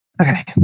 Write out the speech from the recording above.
Okay